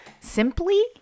Simply